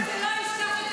חבל, גלעד.